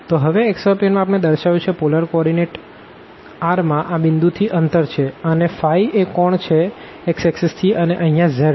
તો હવે xy પ્લેનમાં આપણે દર્શાવ્યું છે પોલર કોઓર્ડીનેટ r માં આ પોઈન્ટ થી અંતર છે અને એ એન્ગલ છે x એક્ષિસ થી અને અહિયાં z છે